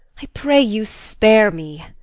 i pray you spare me.